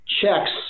checks